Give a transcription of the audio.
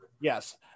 Yes